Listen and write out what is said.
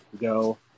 go